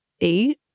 eight